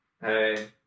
Hey